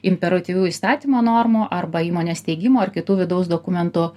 imperatyvių įstatymo normų arba įmonės steigimo ir kitų vidaus dokumentų